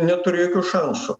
neturi jokių šansų